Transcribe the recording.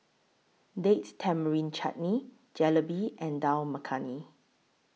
Date Tamarind Chutney Jalebi and Dal Makhani